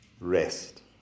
rest